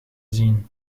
zien